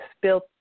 built